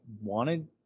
wanted